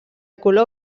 color